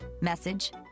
message